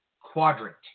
quadrant